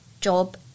job